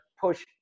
push